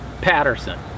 Patterson